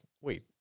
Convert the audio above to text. wait